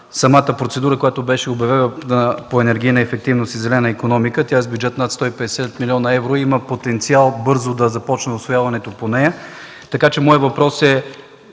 самата процедура, която беше обявена – за енергийна ефективност и зелена икономика, с бюджет над 150 млн. евро. Има потенциал бързо да започне усвояването по нея. Моят въпрос,